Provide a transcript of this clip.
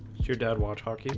your dad watch hockey